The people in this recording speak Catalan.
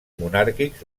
monàrquics